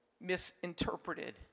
misinterpreted